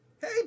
Hey